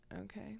Okay